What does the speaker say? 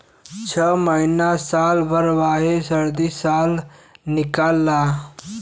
छ महीना साल भर वाहे सदीयो साल निकाल ला